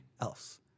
else